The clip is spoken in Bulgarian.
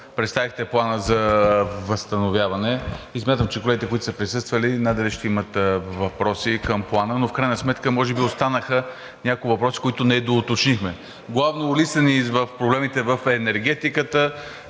представихте Плана за възстановяване. Смятам, че колегите, които са присъствали, надали ще имат въпроси към Плана, но в крайна сметка може би останаха някои въпроси, които недоуточнихме. Главно улисани в проблемите в енергетиката